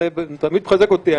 זה תמיד מחזק אותי.